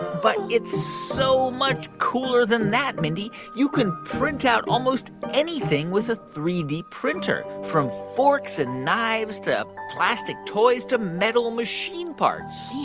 but it's so much cooler than that, mindy. you can print out almost anything with a three d printer, from forks and knives to plastic toys to metal machine parts yeah